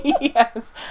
Yes